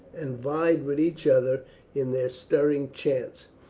and vied with each other in their stirring chants.